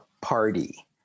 party